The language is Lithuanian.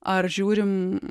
ar žiūrim